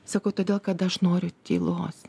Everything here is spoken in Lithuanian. sakau todėl kad aš noriu tylos